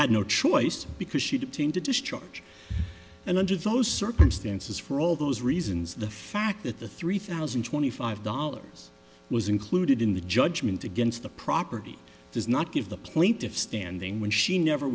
had no choice because she didn't seem to discharge and under those circumstances for all those reasons the fact that the three thousand twenty five dollars was included in the judgment against the property does not give the plaintiff standing when she never